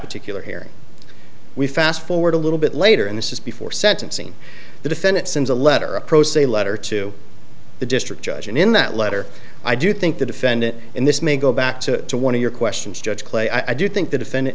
particular hearing we fast forward a little bit later and this is before sentencing the defendant sends a letter a pro se letter to the district judge and in that letter i do think the defendant in this may go back to the one of your questions judge clay i do think the defendant